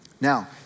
Now